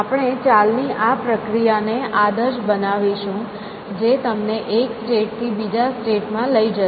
આપણે ચાલ ની આ પ્રક્રિયાને આદર્શ બનાવીશું જે તમને એક સ્ટેટ થી બીજા સ્ટેટ માં લઈ જશે